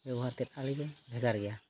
ᱵᱮᱵᱚᱦᱟᱨ ᱛᱮᱫ ᱟᱹᱰᱤᱜᱮ ᱵᱷᱮᱜᱟᱨ ᱜᱮᱭᱟ